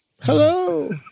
Hello